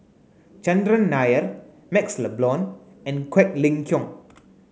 Chandran Nair MaxLe Blond and Quek Ling Kiong